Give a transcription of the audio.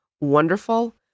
wonderful